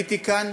שמניתי כאן